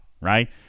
Right